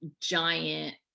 giant